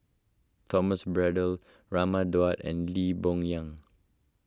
Thomas Braddell Raman Daud and Lee Boon Yang